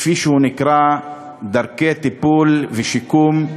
כפי שהוא נקרא, דרכי טיפול ושיקום,